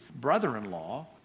brother-in-law